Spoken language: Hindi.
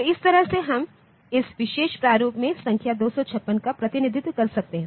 तो इस तरह से हम इस विशेष प्रारूप में संख्या 256 का प्रतिनिधित्व कर सकते हैं